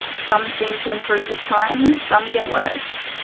some seem to improve with time, some get worse.